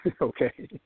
Okay